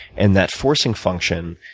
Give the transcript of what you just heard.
and that forcing function